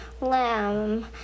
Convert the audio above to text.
lamb